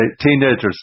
teenagers